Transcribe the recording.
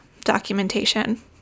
documentation